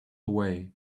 away